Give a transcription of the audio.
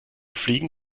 fliegen